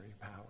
power